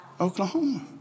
Oklahoma